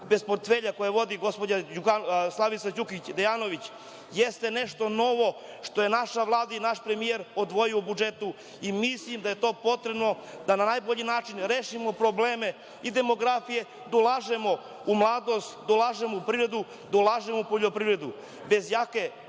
bez portfelja koja vodi gospođa Slavica Đukić Dejanović, jeste nešto novo što je naša Vlada i naš premijer odvojio u budžetu i mislim da je to potrebno da na najbolji način rešimo probleme i demografije, da ulažemo u mladost, da ulažemo u privredu, da ulažemo u poljoprivredu.